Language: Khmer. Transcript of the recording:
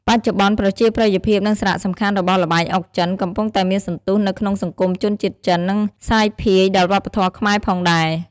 បច្ចុប្បន្នប្រជាប្រិយភាព និងសារៈសំខាន់របស់ល្បែងអុកចិន កំពុងតែមានសន្ទុះនៅក្នុងសង្គមជនជាតិចិននិងសាយភាយដល់វប្បធម៌ខ្មែរផងដែរ។